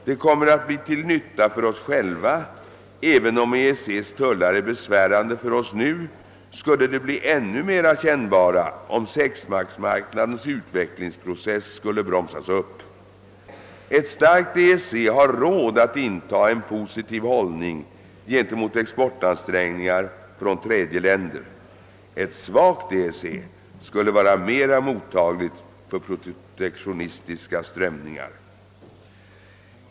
Det kommer att bli till nytta för oss själva. Även om EEC:s tullar är besvärande för oss nu skulle de bli ännu mer kännbara om sexstatsmarknadens utvecklingsprocess skulle bromsas upp. Ett starkt EEC har råd att inta en positiv hållning gentemot exportansträngningar från tredje länder. Ett svagt EEC skulle vara mera mottagligt för protektionistiska strömningar.